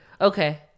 Okay